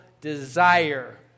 desire